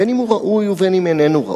בין אם הוא ראוי ובין אם איננו ראוי,